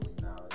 now